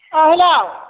अ हेल'